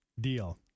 Deal